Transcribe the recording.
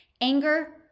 Anger